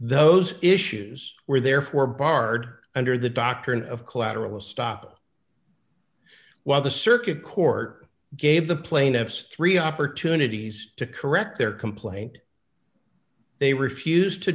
those issues were therefore barred under the doctrine of collateral stop while the circuit court gave the plaintiffs three opportunities to correct their complaint they refused to